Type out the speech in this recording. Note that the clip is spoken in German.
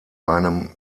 einem